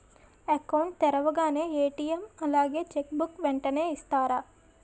Account తెరవగానే ATM అలాగే cheque book వెంటనే ఇస్తారా?